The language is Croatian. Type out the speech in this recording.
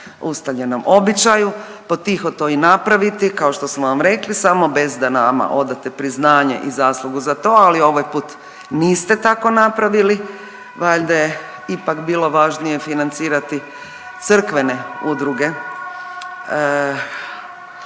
ustaljenom običaju potiho to i napraviti kao što smo vam rekli samo bez da nama odate priznanje i zaslugu za to, ali ovaj put niste tako napravili, valjda je ipak bilo važnije financirati crkvene udruge